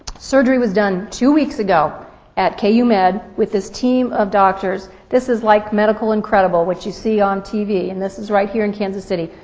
surgery was done two weeks ago at k u. med with this team of doctors. this is like medical incredible, what you see on tv, and this is right here in kansas city.